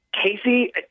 Casey